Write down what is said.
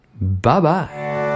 Bye-bye